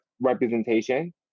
representation